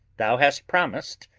thou hast promised,